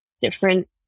different